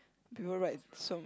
people write so